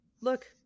look